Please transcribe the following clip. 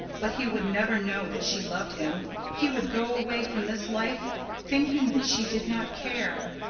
but he would never know that she loved him he would go away from this life thinking that she did not care.